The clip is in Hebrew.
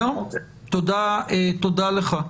תודה לך.